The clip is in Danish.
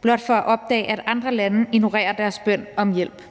blot for at opdage, at andre lande ignorerer deres bøn om hjælp.